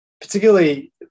Particularly